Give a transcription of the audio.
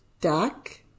duck